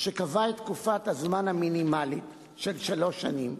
שקבע את תקופת הזמן המינימלית של שלוש שנים,